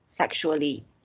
sexually